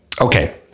Okay